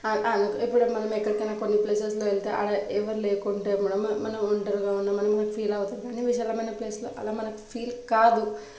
ఇప్పుడు మనం ఎక్కడికైనా కొన్నిప్లేసెస్లో ఎళ్తే ఆడే ఎవరూ లేకుంటే మనం మనం ఒంటరిగా ఉన్న మనం ఫీల్ అవుతాం కానీ విశాలమైన ప్లేస్లో అలా మనకి ఫీల్ కాదు